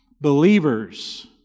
Believers